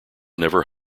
never